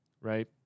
right